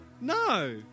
No